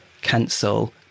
cancel